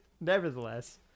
Nevertheless